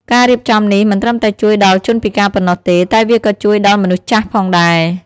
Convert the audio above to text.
ការរៀបចំនេះមិនត្រឹមតែជួយដល់ជនពិការប៉ុណ្ណោះទេ តែវាក៏ជួយដល់មនុស្សចាស់ផងដែរ។